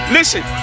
Listen